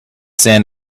sand